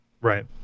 Right